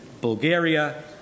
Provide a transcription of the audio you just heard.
Bulgaria